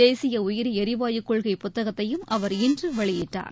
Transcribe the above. தேசிய உயிரி எரிவாயு கொள்கை புத்தகத்தையும் அவர் இன்று வெளியிட்டார்